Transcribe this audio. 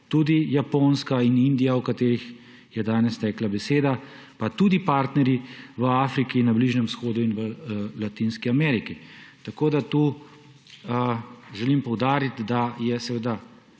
tudi Japonska in Indija, o katerih je danes tekla beseda, pa tudi partnerji v Afriki, na Bližnjem vzhodu in v Latinski Ameriki. Tu želim poudariti, da imamo